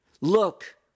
Look